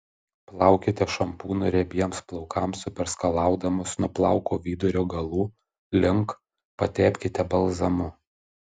plaukite šampūnu riebiems plaukams o perskalaudamos nuo plauko vidurio galų link patepkite balzamu